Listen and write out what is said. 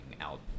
out